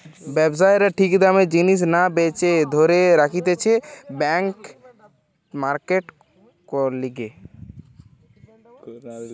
ব্যবসায়ীরা ঠিক দামে জিনিস না বেচে ধরে রাখতিছে ব্ল্যাক মার্কেট করার লিগে